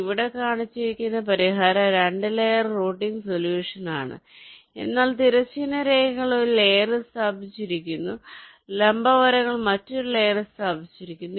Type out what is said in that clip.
ഇവിടെ കാണിച്ചിരിക്കുന്ന പരിഹാരം 2 ലെയർ റൂട്ടിംഗ് സൊല്യൂഷനാണ് എന്നാൽ തിരശ്ചീന രേഖകൾ ഒരു ലെയറിൽ സ്ഥാപിച്ചിരിക്കുന്നു ലംബ വരകൾ മറ്റൊരു ലെയറിൽ സ്ഥാപിച്ചിരിക്കുന്നു